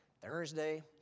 Thursday